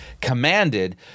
commanded